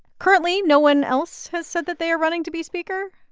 currently, no one else has said that they are running to be speaker?